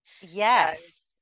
Yes